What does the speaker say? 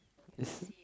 listen